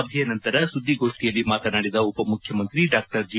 ಸಭೆ ನಂತರ ಸುದ್ವಿಗೋಷ್ಠಿಯಲ್ಲಿ ಮಾತನಾಡಿದ ಉಪಮುಖ್ಯಮಂತ್ರಿ ಡಾ ಜಿ